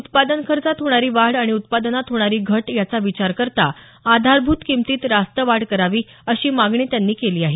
उत्पादन खर्चात होणारी वाढ आणि उत्पादनात होणारी घट याचा विचार करता आधारभूत किंमतीत रास्त वाढ करावी अशी मागणी त्यांनी केली आहे